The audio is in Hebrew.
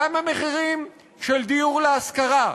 גם מחירים של דיור להשכרה,